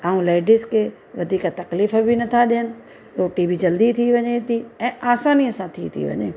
ऐं लेड़ीस खे वधीक तकलीफ़ बि नथा ॾियनि रोटी बि जल्दी थी वञे थी ऐं आसानीअ सां थी थी वञे